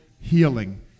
healing